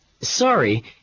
Sorry